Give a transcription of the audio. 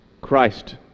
Christ